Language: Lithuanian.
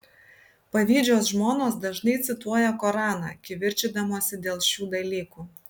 pavydžios žmonos dažnai cituoja koraną kivirčydamosi dėl šių dalykų